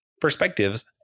perspectives